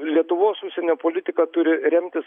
lietuvos užsienio politika turi remtis